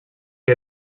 que